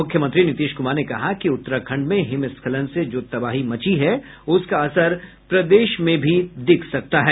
मुख्यमंत्री नीतीश कुमार ने कहा कि उत्तराखंड में हिमस्खलन से जो तबाही मची है उसका असर प्रदेश में भी दिख सकता है